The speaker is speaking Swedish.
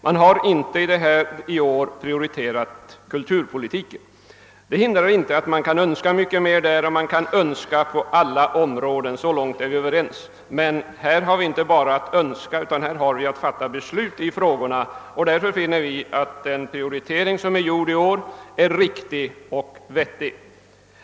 I år har inte kulturpolitiken prioriterats, men det hindrar inte att man kan önska mycket mer på detta område liksom på alla andra områden. Så långt är vi överens. Men vi har inte bara att önska utan också att fatta beslut i frågorna, och vi har funnit att den prioritering som gjorts i år är vettig.